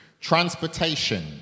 transportation